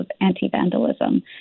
anti-vandalism